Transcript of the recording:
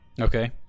Okay